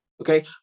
Okay